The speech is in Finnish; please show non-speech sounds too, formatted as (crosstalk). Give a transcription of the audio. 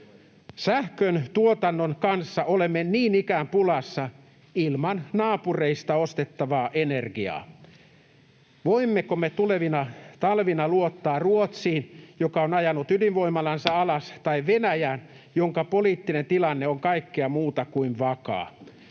Sähköntuotannon kanssa olemme niin ikään pulassa ilman naapureista ostettavaa energiaa. Voimmeko me tulevina talvina luottaa Ruotsiin, joka on ajanut ydinvoimalansa alas, (noise) tai Venäjään, jonka poliittinen tilanne on kaikkea muuta kuin vakaa?